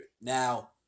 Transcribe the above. Now